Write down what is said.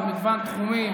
במגוון תחומים,